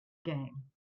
game